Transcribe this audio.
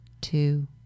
two